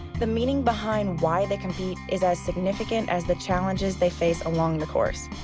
the meaning behind why they compete is as significant as the challenges they face along the course.